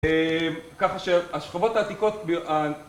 אה... ככה שהשכבות העתיקות...